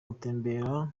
gutembera